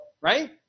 right